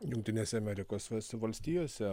jungtinėse amerikos valstijose